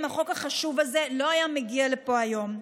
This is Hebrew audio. החוק החשוב הזה לא היה מגיע לפה היום,